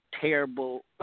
terrible